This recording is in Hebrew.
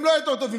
הם לא יותר טובים,